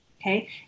Okay